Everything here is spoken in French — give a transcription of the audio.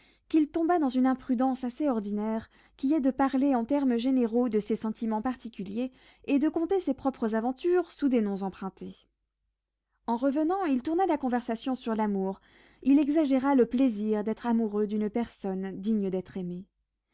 qu'il tomba dans une imprudence assez ordinaire qui est de parler en termes généraux de ses sentiments particuliers et de conter ses propres aventures sous des noms empruntés en revenant il tourna la conversation sur l'amour il exagéra le plaisir d'être amoureux d'une personne digne d'être aimée